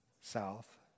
South